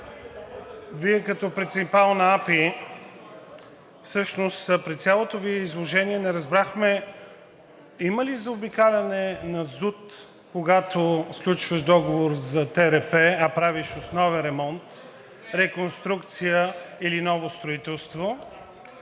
като принципал на АПИ. Всъщност през цялото Ви изложение не разбрахме има ли заобикаляне на ЗУТ, когато сключваш договор за ТРП, а правиш основен ремонт, реконструкция или ново строителство?